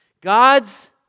God's